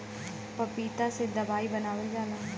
पपीता से दवाई बनावल जाला